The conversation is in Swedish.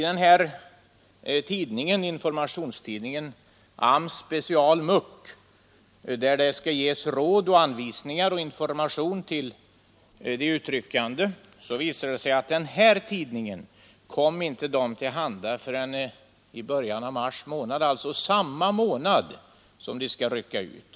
Det visar sig att tidningen AMS Special Muck ”73, där det skall ges råd, anvisningar och information till de utryckande, inte kom dessa till handa förrän i början av mars månad, alltså samma månad som de skall rycka ut.